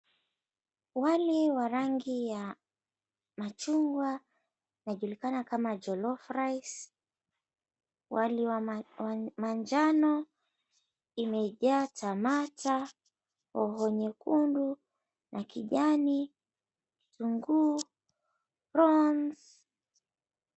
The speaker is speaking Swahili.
Wali wa rangi ya machungwa, unajulikana kama jolof rice. Wali wa manjano imejaa tamata , hoho nyekundu na kijani, vitunguu, prawns .